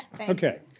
Okay